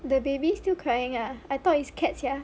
the baby still crying ah I thought it's cats sia